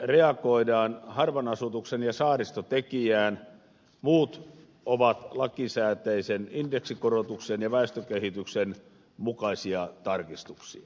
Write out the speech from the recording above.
tässähän reagoidaan harvan asutuksen ja saaristotekijään muut ovat lakisääteisen indeksikorotuksen ja väestökehityksen mukaisia tarkistuksia